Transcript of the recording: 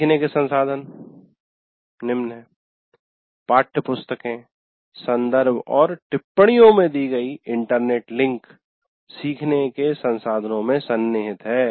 सीखने के संसाधन है "पाठ्यपुस्तकें संदर्भ और टिप्पणियो में दी गयी इंटरनेट लिंक सीखने के संसाधनों में सन्निहित हैं